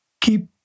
keep